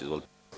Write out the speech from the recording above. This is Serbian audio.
Izvolite.